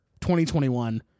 2021